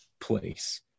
place